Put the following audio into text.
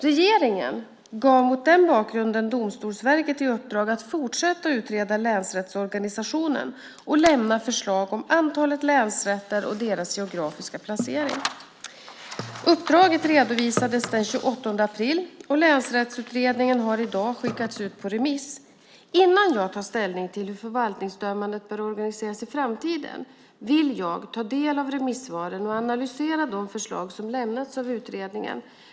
Regeringen gav mot denna bakgrund Domstolsverket i uppdrag att fortsätta utreda länsrättsorganisationen och lämna förslag om antalet länsrätter och deras geografiska placering. Uppdraget redovisades den 28 april, och länsrättsutredningen har i dag skickats ut på remiss. Innan jag tar ställning till hur förvaltningsdömandet bör organiseras i framtiden vill jag ta del av remissvaren och analysera de förslag som lämnats av utredningen.